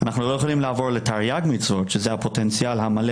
אנחנו לא יכולים לעבור ל-תרי"ג מצוות שזה הפוטנציאל המלא